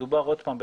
מדובר עוד פעם,